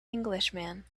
englishman